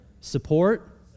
support